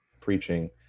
preaching